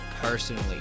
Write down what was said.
personally